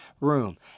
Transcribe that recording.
room